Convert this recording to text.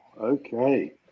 Okay